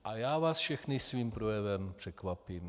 A já vás všechny svým projevem překvapím.